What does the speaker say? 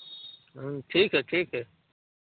ठीक है ठीक है